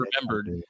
remembered